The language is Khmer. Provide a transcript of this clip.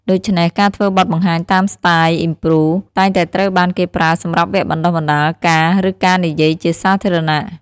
ដូច្នេះ ការធ្វើបទបង្ហាញតាមស្ទាយ improv តែងតែត្រូវបានគេប្រើសម្រាប់វគ្គបណ្តុះបណ្ដាលការ ឬ ការនិយាយជាសាធារណៈ។